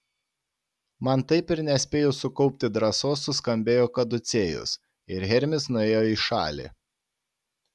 man taip ir nespėjus sukaupti drąsos suskambėjo kaducėjus ir hermis nuėjo į šalį